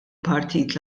partit